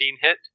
hit